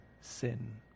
sin